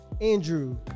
Andrew